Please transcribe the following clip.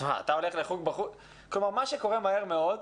מה שקורה מהר מאוד,